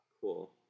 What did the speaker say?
Cool